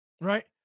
right